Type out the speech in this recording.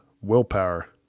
willpower